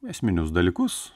esminius dalykus